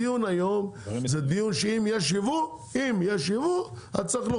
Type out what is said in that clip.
הדיון היום זה דיון שאם יש יבוא אז צריך עוד